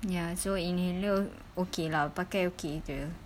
ya so inhaler okay lah pakai okay jer